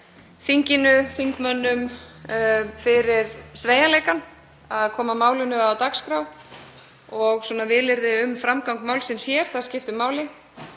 þinginu, þingmönnum fyrir sveigjanleikann, að koma málinu á dagskrá og fyrir vilyrði um framgang málsins hér. Það skiptir máli.